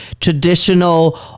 traditional